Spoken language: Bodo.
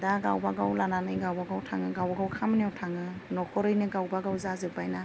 दा गावबागाव लानानै गावबागाव थाङो गावबागाव खामानियाव थाङो न'खरैनो गावबागाव जाजोब्बायना